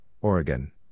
Oregon